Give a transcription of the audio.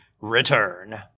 return